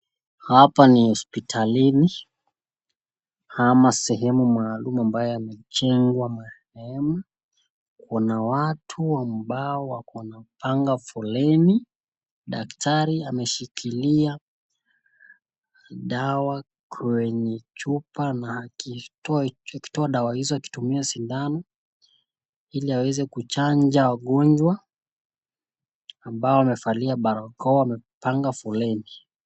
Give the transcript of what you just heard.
Hapa ni hospitalini, ama sehemu maalumu ambayo imejengwa mapema. Kuna watu ambao wamepanga foleni. Dakitari ameshikilia, dawa kwenye chupa na akitoa dawa hizo akitumia shindano, ili aweze kuchanja wagonjwa, ambao wamevalia barakoa wamepanga foleni.